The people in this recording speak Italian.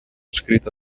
scritta